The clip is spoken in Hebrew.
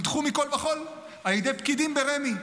נדחו מכול וכול על ידי פקידים ברמ"י.